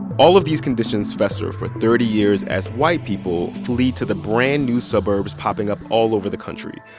all of these conditions fester for thirty years as white people flee to the brand new suburbs popping up all over the country.